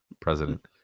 president